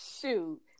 shoot